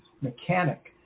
mechanic